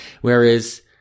whereas